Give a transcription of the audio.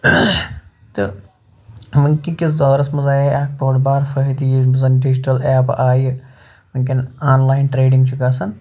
تہٕ وٕنۍ کہِ کِس دورَس منٛز آیے اَکھ بٔڑ بار فٲہدٕ یِم زَن ڈِجٹَل ایپہٕ آیہِ وٕنۍکٮ۪ن آن لایِن ٹرٛیڈِنٛگ چھِ گژھان